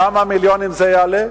כמה מיליונים זה יעלה?